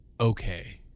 okay